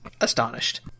astonished